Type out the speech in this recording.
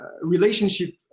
relationship